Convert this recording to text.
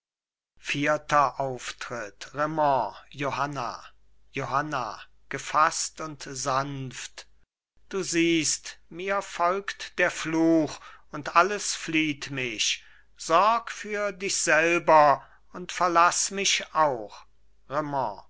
vierter auftritt raimond johanna johanna gefaßt und sanft du siehst mir folgt der fluch und alles flieht mich sorg für dich selber und verlaß mich auch